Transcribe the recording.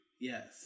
Yes